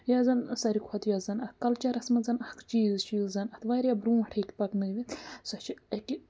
یا زَن ساروی کھۄتہٕ یۄس زَن اَکھ کَلچَرَس منٛز اَکھ چیٖز چھِ یُس زَن اَتھ واریاہ برٛونٛٹھ ہیٚکہِ پَکنٲوِتھ سۄ چھِ اَکہِ